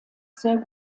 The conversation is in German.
sehr